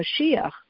Mashiach